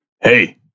Hey